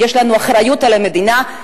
יש לנו אחריות למדינה,